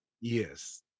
Yes